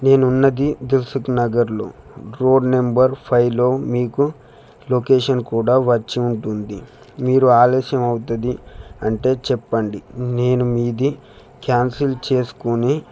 నేను ఉన్నది దిల్సుఖ్నగర్లో రోడ్ నెంబర్ ఫైవ్లో మీకు లొకేషన్ కూడా వచ్చి ఉంటుంది మీరు ఆలస్యం అవుతుంది అంటే చెప్పండి నేను మీది క్యాన్సిల్ చేసుకుని